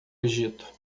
egito